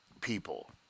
people